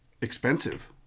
expensive